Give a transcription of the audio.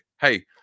Hey